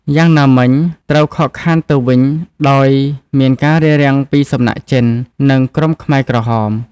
យ៉ាងណាមិញ ត្រូវខកខានទៅវិញដោយ មានការរារាំងពីសំណាក់ចិន និងក្រុមខ្មែរក្រហម។